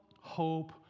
hope